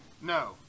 No